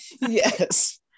yes